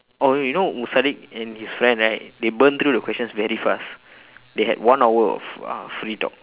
oh you know musadiq and his friend right they burn through the questions very fast they had one hour of uh free talk